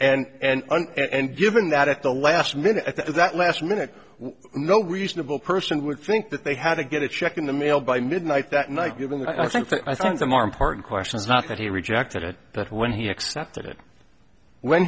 do and given that at the last minute that last minute no reasonable person would think that they had to get a check in the mail by midnight that night given that i think that i think the more important question is not that he rejected it but when he accepted it when